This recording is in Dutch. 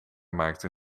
maakte